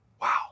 Wow